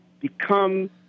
become